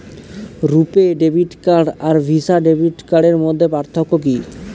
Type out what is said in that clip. রূপে debit card আর Visa debit কার্ডের মধ্যে পার্থক্য কি?